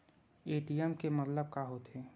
ATM के मतलब का होथे?